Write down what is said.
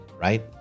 right